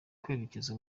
kwerekeza